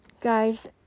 Guys